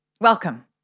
Welcome